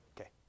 Okay